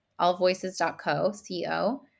AllVoices.co